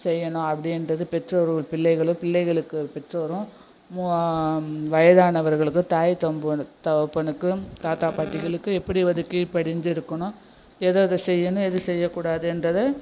செய்யணும் அப்படின்றது பெற்றோர்கள் பிள்ளைகளும் பிள்ளைகளுக்கு பெற்றோரும் வயதானவர்களுக்கு தாய் தகப்பனுக்கும் தாத்தா பாட்டிகளுக்கு எப்படி வந்து கீழ்படிஞ்சு இருக்கணும் எதுதது செய்யணும் எது செய்யக்கூடாதுன்றத